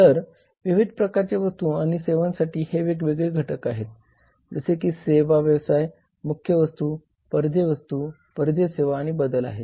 तर विविध प्रकारच्या वस्तू आणि सेवांसाठी हे वेगवेगळे घटक आहेत जसे की व्यवसाय मुख्य वस्तु परिधीय वस्तू परिधीय सेवा आणि बदल आहेत